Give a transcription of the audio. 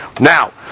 Now